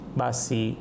basi